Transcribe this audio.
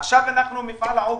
עכשיו אנחנו מפעל העוגן,